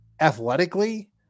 athletically